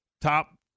top